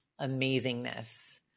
amazingness